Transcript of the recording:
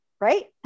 right